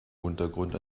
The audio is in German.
untergrund